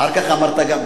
אחר כך אמרתי גם,